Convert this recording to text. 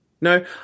no